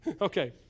Okay